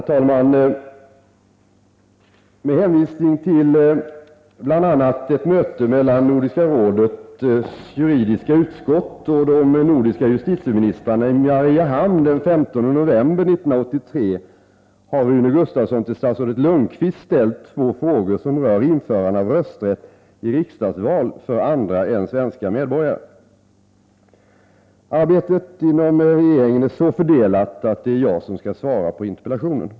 Herr talman! Med hänvisning till bl.a. ett möte mellan Nordiska rådets juridiska utskott och de nordiska justitieministrarna i Mariehamn den 15 november 1983 har Rune Gustavsson till statsrådet Lundkvist ställt två frågor som rör införande av rösträtt i riksdagsval för andra än svenska medborgare. Arbetet inom regeringen är så fördelat att det är jag som skall svara på interpellationen.